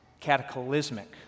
cataclysmic